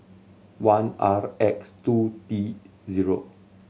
one R X two T zero